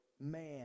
man